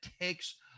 takes